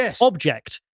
object